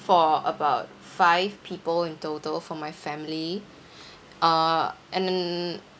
for about five people in total for my family uh and then